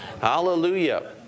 Hallelujah